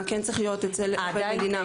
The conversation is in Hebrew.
מה כן צריך להיות אצל עובד מדינה,